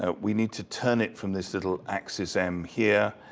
ah we need to turn it from this little axis m here,